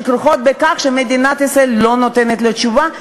שכרוכות בכך שמדינת ישראל לא נותנת תשובה,